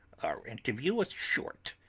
our interview was short.